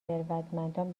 ثروتمندان